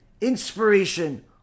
inspiration